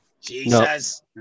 Jesus